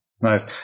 Nice